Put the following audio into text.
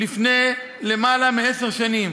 לפני למעלה מעשר שנים,